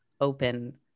open